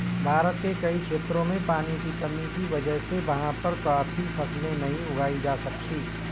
भारत के कई क्षेत्रों में पानी की कमी की वजह से वहाँ पर काफी फसलें नहीं उगाई जा सकती